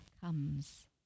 comes